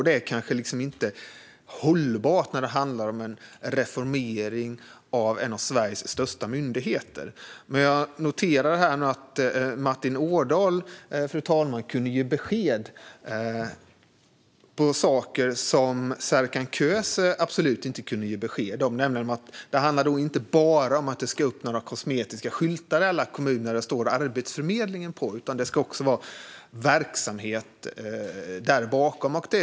Det är kanske inte hållbart när det gäller reformering av en av Sveriges största myndigheter. Jag noterar dock att Martin Ådahl kunde ge besked om saker som Serkan Köse absolut inte kunde ge besked om. Det ska alltså inte bara upp kosmetiska skyltar där det står "Arbetsförmedlingen" i alla kommuner; det ska också pågå verksamhet bakom dessa skyltar.